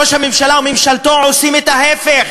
ראש הממשלה וממשלתו עושים את ההפך.